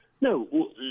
No